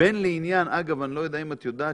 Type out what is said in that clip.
בין לעניין אגב, אני לא יודע אם את יודעת